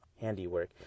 handiwork